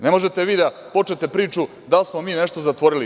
Ne možete da počnete priču da li smo mi nešto zatvorili.